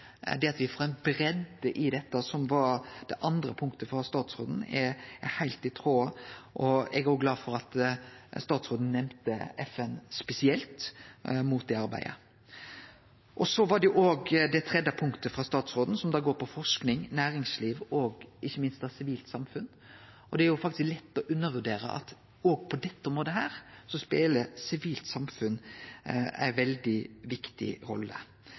det at me får ei breidd i dette, som var det andre punktet frå statsråden, er heilt i tråd med det eg ønskjer. Eg er òg glad for at statsråden nemnde FN spesielt når det gjeld det arbeidet. Det tredje punktet frå statsråden går på forsking, næringsliv og ikkje minst sivilsamfunn. Det er lett å undervurdere at òg på dette området speler sivilsamfunn ei veldig viktig rolle.